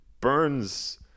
Burns